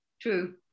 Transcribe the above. True